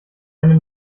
eine